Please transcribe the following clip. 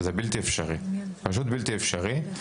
זה בלתי אפשרי, פשוט בלתי אפשרי.